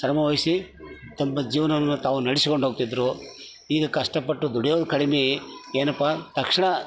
ಶ್ರಮ ವಹಿಸಿ ತಮ್ಮ ಜೀವನವನ್ನು ತಾವು ನಡೆಸ್ಕೊಂಡು ಹೋಗ್ತಿದ್ರು ಈಗ ಕಷ್ಟಪಟ್ಟು ದುಡಿಯೋದು ಕಡಿಮೆ ಏನಪ್ಪ ತಕ್ಷಣ